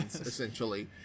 essentially